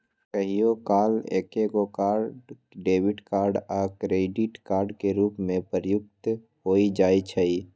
कहियो काल एकेगो कार्ड डेबिट कार्ड आ क्रेडिट कार्ड के रूप में प्रयुक्त हो जाइ छइ